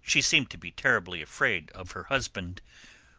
she seemed to be terribly afraid of her husband